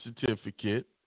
certificate